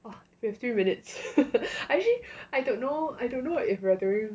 !wah! fifteen minutes I actually I don't know I don't know if we are doing